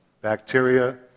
bacteria